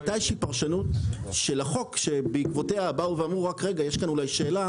הייתה איזו פרשנות של החוק שבעקבותיה אמרה: יש פה אולי שאלה